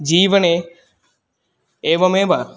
जीवने एवमेव